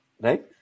Right